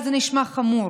מיוחד,